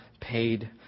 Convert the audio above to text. paid